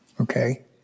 Okay